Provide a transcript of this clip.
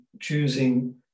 choosing